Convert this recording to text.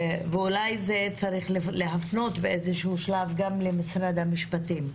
אולי צריך להפנות את השאלה שלי גם למשרד המשפטים.